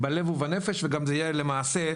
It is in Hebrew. בלב ובנפש וזה גם יהיה למעשה,